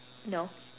no